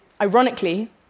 ironically